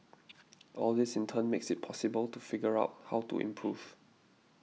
all this in turn makes it possible to figure out how to improve